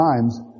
times